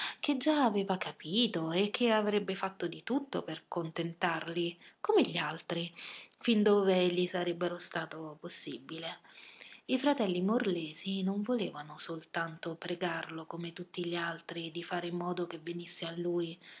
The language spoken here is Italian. che già aveva capito e che avrebbe fatto di tutto per contentarli come gli altri fin dove gli sarebbe stato possibile i fratelli morlesi non volevano soltanto pregarlo come tutti gli altri di fare in modo che venisse a lui